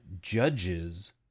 judges